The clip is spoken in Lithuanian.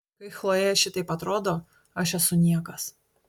kai chlojė šitaip atrodo aš esu niekas